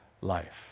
life